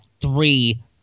three